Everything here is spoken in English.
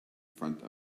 front